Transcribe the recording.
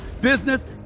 business